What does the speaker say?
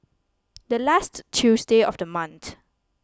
the last Tuesday of the month